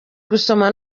gusoma